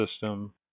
system